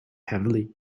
heavily